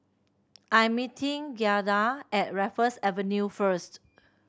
I'm meeting Giada at Raffles Avenue first